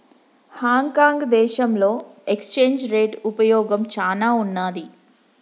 Hong Kong దేశంలో exchange rate ఉపయోగం చానా ఉన్నాది